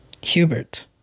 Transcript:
Hubert